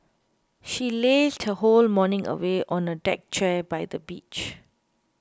she lazed her whole morning away on a deck chair by the beach